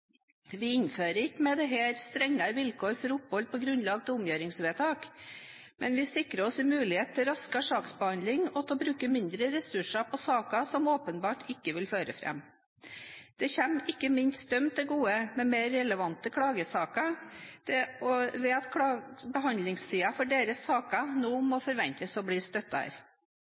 Vi innfører ikke med dette strengere vilkår for opphold på grunnlag av omgjøringsvedtak, men vi sikrer oss en mulighet til raskere saksbehandling og til å bruke mindre ressurser på saker som åpenbart ikke vil føre fram. Det kommer ikke minst dem med mer relevante klagesaker til gode, ved at behandlingstiden for deres saker nå må forventes å bli kortere. Enkelte høringsinstanser er